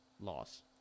Loss